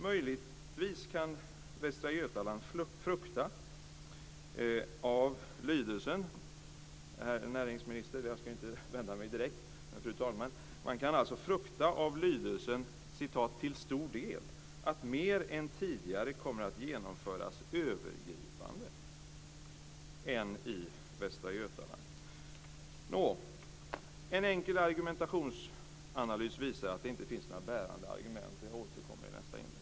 Möjligtvis kan Västra Götaland på grund av lydelsen "till stor del" frukta att mer än tidigare kommer att genomföras övergripande och inte i Västra Götaland. En enkel argumentationsanalys visar att det inte finns några bärande argument. Jag återkommer i nästa inlägg.